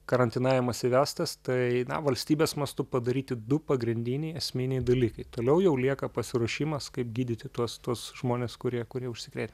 karantinavimas įvestas tai na valstybės mastu padaryti du pagrindiniai esminiai dalykai toliau jau lieka pasiruošimas kaip gydyti tuos tuos žmones kurie kurie užsikrėtę